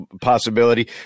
possibility